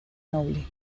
noble